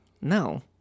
No